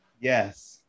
Yes